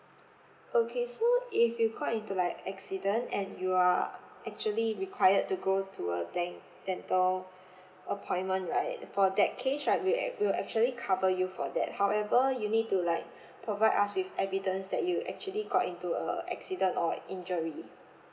okay so if you got into like accident and you are actually required to go to a den~ dental appointment right for that case right we ac~ we will actually cover you for that however you need to like provide us with evidence that you actually got into a accident or injury